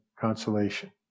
consolation